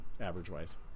average-wise